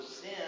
sin